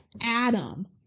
Adam